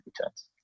returns